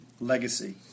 Legacy